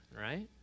right